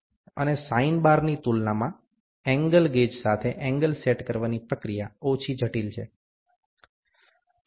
અને સાઇન બારની તુલનામાં એંગલ ગેજ સાથે એંગલ સેટ કરવાની પ્રક્રિયા ઓછી જટિલ છે